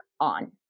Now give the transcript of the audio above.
on